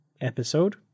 episode